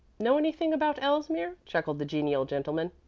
know anything about elsmere? chuckled the genial gentleman.